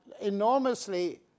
enormously